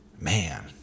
man